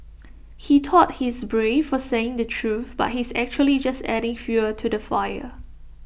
he thought he's brave for saying the truth but he's actually just adding fuel to the fire